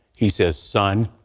he says son,